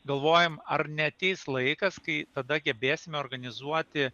galvojam ar neateis laikas kai tada gebėsime organizuoti